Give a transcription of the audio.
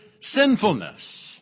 sinfulness